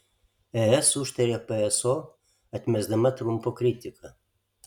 es užtaria pso atmesdama trumpo kritiką